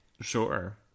Sure